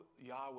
Yahweh